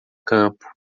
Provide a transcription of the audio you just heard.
campo